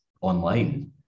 online